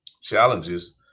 challenges